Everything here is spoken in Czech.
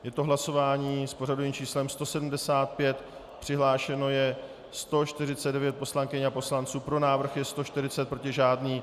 Je to hlasování s pořadovým číslem 175, přihlášeno je 149 poslankyň a poslanců, pro návrh je 140, proti žádný.